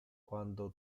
quando